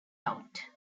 out